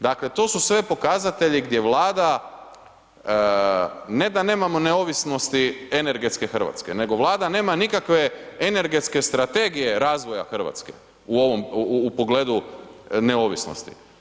Dakle, to su sve pokazatelji gdje Vlada ne da nemamo neovisnosti energetske Hrvatske nego Vlada nema nikakve energetske strategije razvoja Hrvatske u ovom u pogledu neovisnosti.